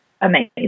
amazing